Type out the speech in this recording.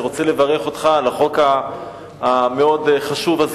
אני רוצה לברך אותך על החוק החשוב מאוד הזה,